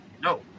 No